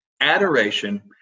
adoration